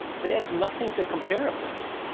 they had nothing to compare it with,